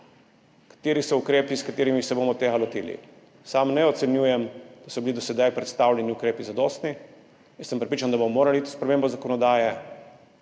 katerimi ukrepi se bomo tega lotili. Sam ne ocenjujem, da so bili do sedaj predstavljeni ukrepi zadostni. Jaz sem prepričan, da bomo morali iti v spremembo zakonodaje,